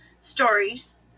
stories